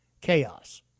Chaos